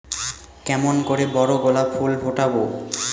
কেমন করে বড় গোলাপ ফুল ফোটাব?